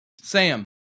Sam